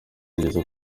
yageze